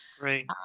Right